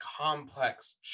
complex